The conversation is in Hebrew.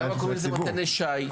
למה קוראים לזה תווי שי?